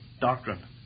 doctrine